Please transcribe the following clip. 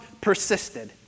persisted